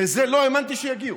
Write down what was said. לזה לא האמנתי שיגיעו,